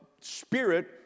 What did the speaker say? spirit